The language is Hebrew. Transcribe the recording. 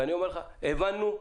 ואני אומר לך, הבנו.